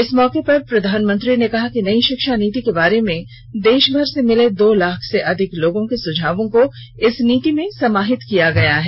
इस मौके पर प्रधानमंत्री ने कहा कि नई शिक्षा नीति के बारे में देशभर से मिले दो लाख से अधिक लोगों के सुझावों को इस नीति में समाहित किया गया है